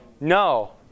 No